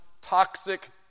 Toxic